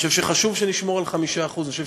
אני חושב שחשוב שנשמור על 5%. אני חושב